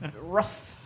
rough